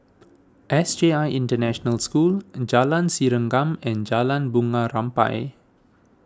S J I International School in Jalan Serengam and Jalan Bunga Rampai